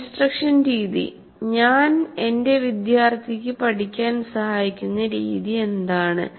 instruction രീതി ഞാൻ എന്റെ വിദ്യാർത്ഥികൾക്ക് പഠിക്കാൻ സഹായിക്കുന്ന രീതി എന്താണ്